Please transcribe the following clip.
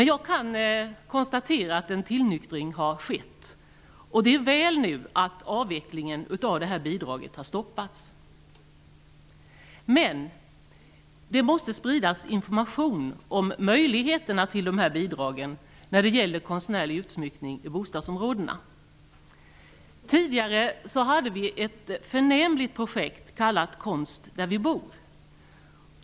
Jag kan konstatera att en tillnyktring har skett. Det är väl att avvecklingen av detta bidrag har stoppats. Det måste spridas information om möjligheten till bidrag för konstnärlig utsmyckning i bostadsområdena. Det fanns tidigare ett förnämligt projekt som kallades Konst där vi bor.